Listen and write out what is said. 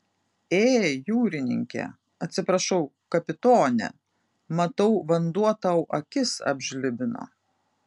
ė jūrininke atsiprašau kapitone matau vanduo tau akis apžlibino